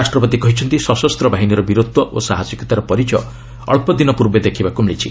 ରାଷ୍ଟ୍ରପତି କହିଛନ୍ତି ସଶସ୍ତ ବାହିନୀର ବୀରତ୍ୱ ଓ ସାହସିକତାର ପରିଚୟ ଅକ୍ସଦିନ ପୂର୍ବେ ଦେଖିବାକୁ ମିଳିଛି